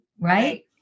right